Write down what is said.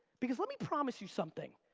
because let me promise you something,